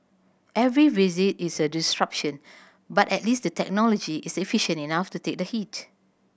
every visit is a disruption but at least the technology is efficient enough to take the hit